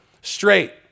straight